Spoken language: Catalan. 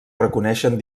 reconeixen